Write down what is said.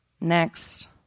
Next